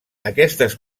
aquestes